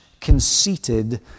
conceited